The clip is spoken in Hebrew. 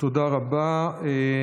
תודה רבה.